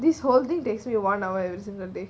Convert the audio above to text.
this whole thing takes me one hour every single day